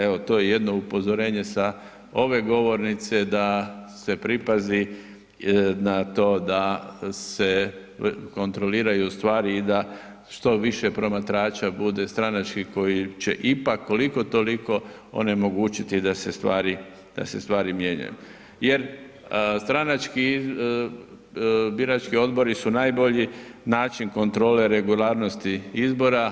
Evo to je jedno upozorenje sa ove govornice da se pripazi na to da se kontroliraju stvari i da što više promatrača bude stranački koji će ipak koliko toliko onemogućiti da se stvari mijenjaju jer stranački birački odbori su najbolji način kontrole regularnosti izbora.